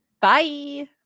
Bye